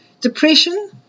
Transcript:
Depression